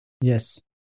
Yes